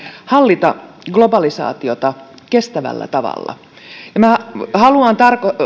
hallita globalisaatiota kestävällä tavalla ja haluan